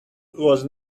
was